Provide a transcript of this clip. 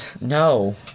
No